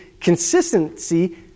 consistency